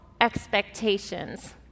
expectations